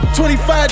25